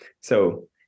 So-